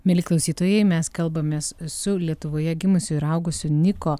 mieli klausytojai mes kalbamės su lietuvoje gimusiu ir augusiu niko